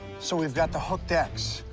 so we've got the hooked x.